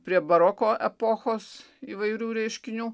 prie baroko epochos įvairių reiškinių